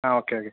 ആ ഓക്ക്യോക്കെ